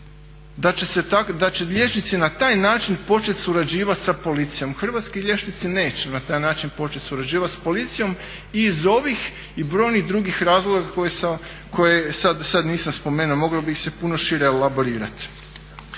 da će liječnici na taj način počet surađivat sa policijom. Hrvatski liječnici neće na taj način počet surađivat s policijom iz ovih i brojnih drugih razloga koje sad nisam spomenuo. Moglo bi ih se puno šire elaborirati.